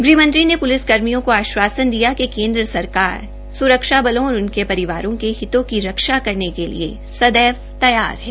गृहमंत्री ने प्लिस कर्मियों को आश्वासन दिया कि केन्द्र सरकार स्रक्षा बलों और उनके परिवारों के हितों की रक्षा करने के लिए हमेशा तैयार है